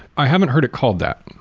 i haven't heard it called that,